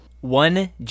One